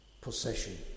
possession